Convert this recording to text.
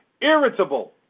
irritable